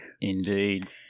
Indeed